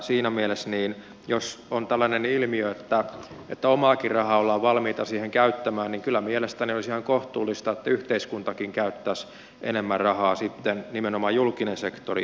siinä mielessä jos on tällainen ilmiö että omaakin rahaa ollaan valmiita siihen käyttämään kyllä mielestäni olisi ihan kohtuullista että yhteiskuntakin käyttäisi sitten enemmän rahaa nimenomaan julkinen sektori subventoisi